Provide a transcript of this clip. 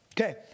Okay